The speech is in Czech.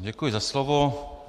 Děkuji za slovo.